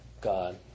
God